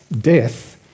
death